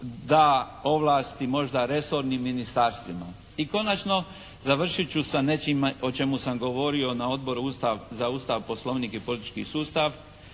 da ovlasti možda resornim ministarstvima. I konačno završit ću sa nečim o čemu sam govorio na Odboru za Ustav, Poslovnik i politički sustav.